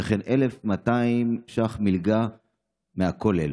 וכן 1,200 ש"ח מלגה מהכולל,